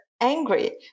angry